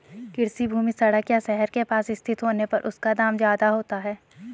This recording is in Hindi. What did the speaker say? कृषि भूमि सड़क या शहर के पास स्थित होने पर उसका दाम ज्यादा होता है